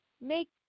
make